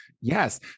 yes